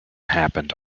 happened